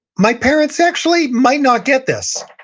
my parents actually might not get this.